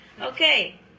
Okay